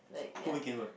who became good